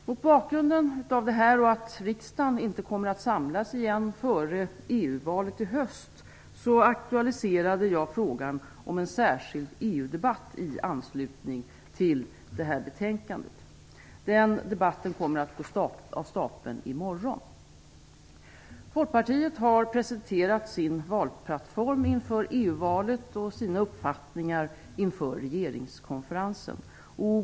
Mot bakgrund av detta och att riksdagen inte kommer att samlas igen före EU-valet i höst aktualiserade jag frågan om en särskild EU-debatt i anslutning till detta betänkande. Den debatten går av stapeln i morgon. Folkpartiet har presenterat sin valplattform inför EU-valet och sina uppfattningar inför regeringskonferensen.